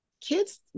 kids